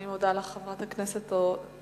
אני מודה לך, חברת הכנסת זוארץ.